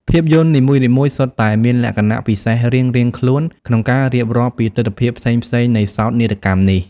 ភាពយន្តនីមួយៗសុទ្ធតែមានលក្ខណៈពិសេសរៀងៗខ្លួនក្នុងការរៀបរាប់ពីទិដ្ឋភាពផ្សេងៗនៃសោកនាដកម្មនេះ។